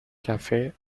cafe